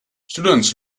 students